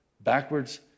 backwards